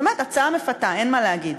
באמת, הצעה מפתה, אין מה להגיד.